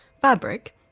fabric